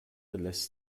lässt